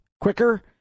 quicker